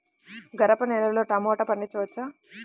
గరపనేలలో టమాటా పండించవచ్చా?